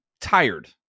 tired